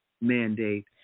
mandate